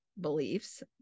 beliefs